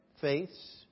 faiths